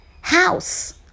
House